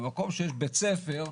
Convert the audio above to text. במקום שיש בית ספר,